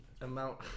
amount